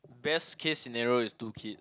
best case scenario is two kid